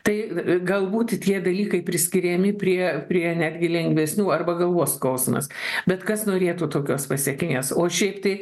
tai galbūt tie dalykai priskiriami prie prie netgi lengvesnių arba galvos skausmas bet kas norėtų tokios pasekmės o šiaip tai